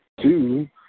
Two